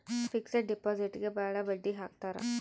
fixed ಡಿಪಾಸಿಟ್ಗೆ ಭಾಳ ಬಡ್ಡಿ ಹಾಕ್ತರ